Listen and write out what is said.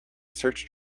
search